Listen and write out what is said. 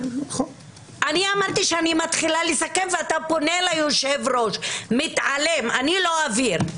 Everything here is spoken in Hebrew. אני רק אמרתי שעל תיקים ספציפיים אני לא מדבר.